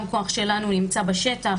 גם כוח שלנו נמצא בשטח.